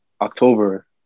October